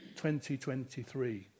2023